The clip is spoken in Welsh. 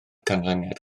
canlyniad